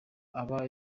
aba